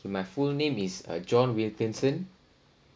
my full name is uh john wilkinson